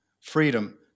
freedom